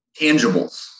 Tangibles